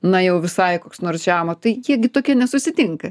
na jau visai koks nors žemo tai jie gi tokie nesusitinka